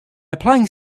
applying